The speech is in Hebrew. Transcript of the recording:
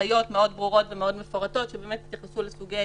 הנחיות מאוד ברורות ומאוד מפורטות שבאמת יתייחסו לסוגי